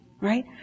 Right